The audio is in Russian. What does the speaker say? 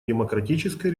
демократической